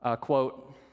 Quote